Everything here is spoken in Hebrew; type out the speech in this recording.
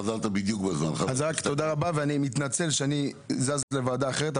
תודה רבה ואני מתנצל שאני זז לוועדת אחרת,